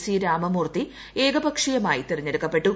C Ramamurthy ഏകപക്ഷീയമായി തെരഞ്ഞെടുക്കപ്പെട്ടു